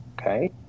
okay